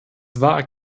war